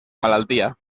malaltia